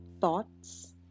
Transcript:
thoughts